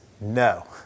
no